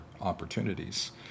opportunities